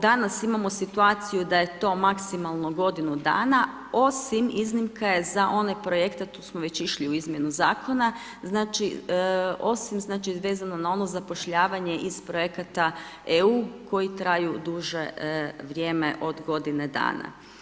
Danas imamo situaciju da je to maksimalno godinu dana osim iznimka je za one projekte a tu smo već išli u izmjenu zakona, znači osim znači vezano na ono zapošljavanje iz projekata EU koji traju duže vrijeme od godine dana.